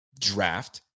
draft